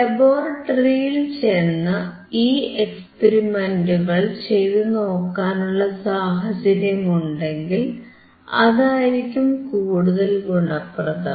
ലബോറട്ടറിയിൽ ചെന്നു ഈ എക്സ്പെരിമെന്റുകൾ ചെയ്തുനോക്കാനുള്ള സാഹചര്യമുണ്ടെങ്കിൽ അതായിരിക്കും കൂടുതൽ ഗുണപ്രദം